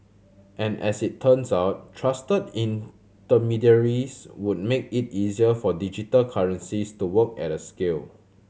and as it turns out trusted intermediaries would make it easier for digital currencies to work at scale